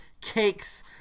cakes